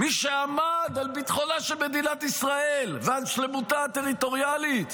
מי שעמד על ביטחונה של מדינת ישראל ועל שלמותה הטריטוריאלית,